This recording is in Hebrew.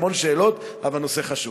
המון שאלות, אבל נושא חשוב.